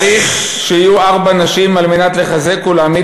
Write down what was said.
צריך שיהיו ארבע נשים על מנת לחזק ולהעמיק